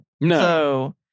No